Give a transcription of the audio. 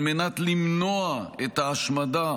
על מנת למנוע את ההשמדה